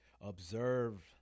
Observe